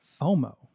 FOMO